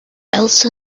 elsa